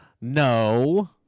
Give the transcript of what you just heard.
No